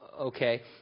Okay